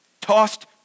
tossed